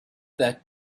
that